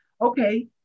okay